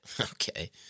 Okay